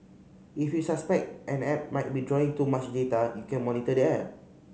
if you suspect an app might be drawing too much data you can monitor the app